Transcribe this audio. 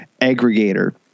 aggregator